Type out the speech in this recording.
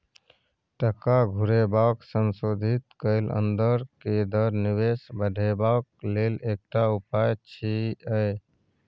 टका घुरेबाक संशोधित कैल अंदर के दर निवेश बढ़ेबाक लेल एकटा उपाय छिएय